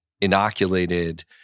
inoculated